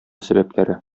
сәбәпләре